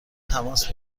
تماس